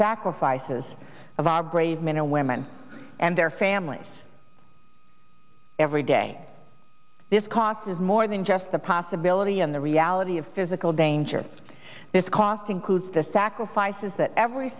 sacrifices of our brave men and women and their families every day this causes more than just the possibility and the reality of physical danger this cost includes the sacrifices that every